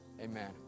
Amen